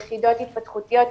יחידות התפתחותיות,